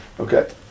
Okay